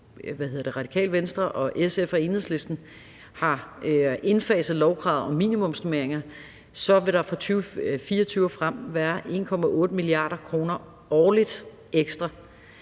SF og Enhedslisten har indfaset lovkrav om minimumsnormeringer, vil der fra 2024 og frem være 1,8 mia. kr. ekstra